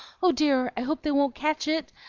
oh dear, i hope they won't catch it!